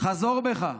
חזור בך.